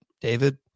David